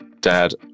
Dad